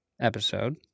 episode